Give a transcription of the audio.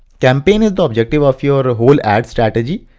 campaign is the objective of your ah whole ad strategy.